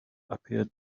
appeared